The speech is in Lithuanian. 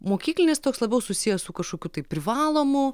mokyklinis toks labiau susijęs su kažkokiu tai privalomu